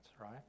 right